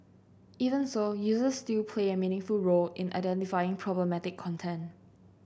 even so users still play a meaningful role in identifying problematic content